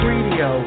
Radio